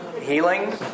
Healing